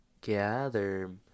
gather